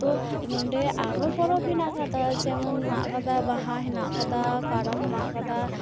ᱛᱚ ᱱᱚᱸᱰᱮ ᱟᱨᱚ ᱯᱚᱨᱚᱵᱽ ᱦᱮᱱᱟᱜ ᱠᱟᱫᱟ ᱡᱮᱢᱚᱱ ᱦᱮᱱᱟᱜ ᱠᱟᱫᱟ ᱵᱟᱦᱟ ᱦᱮᱱᱟᱜ ᱠᱟᱫᱟ ᱠᱟᱨᱟᱢ ᱦᱮᱱᱟᱜ ᱠᱟᱫᱟ